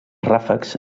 ràfecs